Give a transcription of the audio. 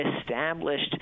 established